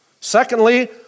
Secondly